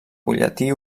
butlletí